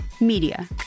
media